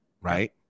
Right